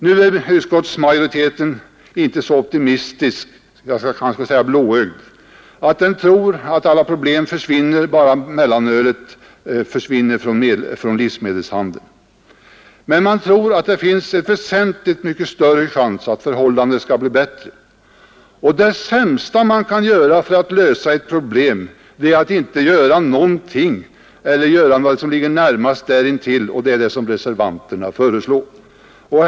Nu är utskottsmajoriteten inte så optimistisk — eller skall jag säga blåögd — att den tror att försvinner bara mellanölet från livsmedelshandeln så är alla problem lösta. Men man tror att det finns en väsentligt mycket större chans att förhållandena skall bli bättre. Och det sämsta man kan göra för att lösa ett problem är att inte göra någonting eller att göra vad som ligger närmast därintill, och det är det som reservanternas förslag innebär.